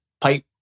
pipe